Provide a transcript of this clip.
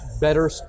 better